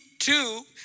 Two